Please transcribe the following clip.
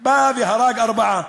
בא והרג ארבעה,